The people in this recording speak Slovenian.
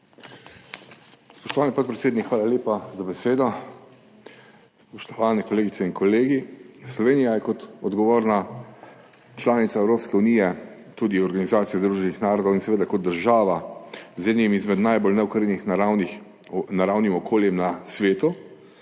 Spoštovani podpredsednik, hvala lepa za besedo. Spoštovani kolegice in kolegi! Slovenija je kot odgovorna članica Evropske unije, tudi Organizacije združenih narodov, in seveda kot država z enim izmed najbolj neokrnjenih naravnih okolij na svetu,